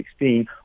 2016